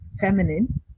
feminine